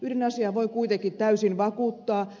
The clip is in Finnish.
yhden asian voin kuitenkin täysin vakuuttaa